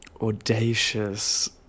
audacious